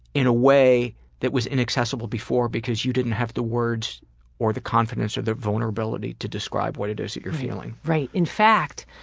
in a way that was inaccessible before because you didn't have the words or the confidence or the vulnerability to describe what it is that you're feeling. right. in fact,